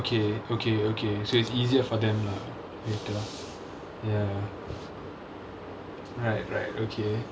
oh is it okay okay so its easier for them lah later ya right right okay